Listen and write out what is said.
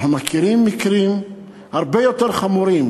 וכן אמר: אנחנו מכירים מקרים הרבה יותר חמורים,